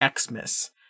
Xmas